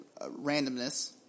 randomness